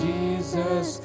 Jesus